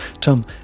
tom